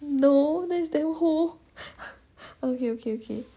no that's damn hoe okay okay okay okay